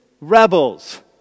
rebels